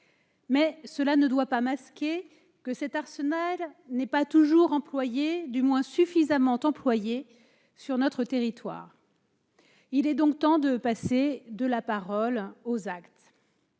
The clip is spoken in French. mais cela ne doit pas masquer le fait que cet arsenal n'est pas toujours employé, du moins suffisamment, sur notre territoire. Il est donc temps de passer de la parole aux actes.